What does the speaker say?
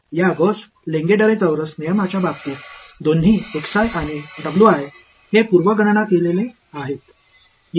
எனவே இந்த Gauss Legendre quadrature விதிகளின் விஷயத்தில் கள் மற்றும் கள் இரண்டும் முன்பே கணக்கிடப்படுகின்றன